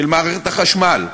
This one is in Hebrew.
של מערכת החשמל.